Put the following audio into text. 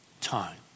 time